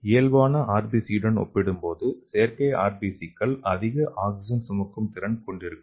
இயல்பான ஆர்பிசியுடன் ஒப்பிடும்போது செயற்கை ஆர்பிசிக்கள் அதிக ஆக்ஸிஜன் சுமக்கும் திறன் கொண்டிருக்கும்